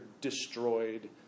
destroyed